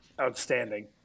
outstanding